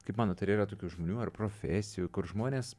kaip manot ar yra tokių žmonių ar profesijų kur žmonės